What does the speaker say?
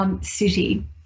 city